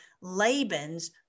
Laban's